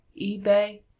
ebay